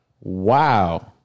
Wow